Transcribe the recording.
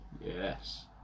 yes